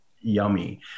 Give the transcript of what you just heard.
yummy